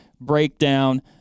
breakdown